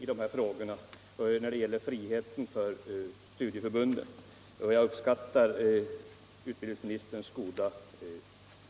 la vuxenutbildningen